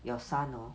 your son orh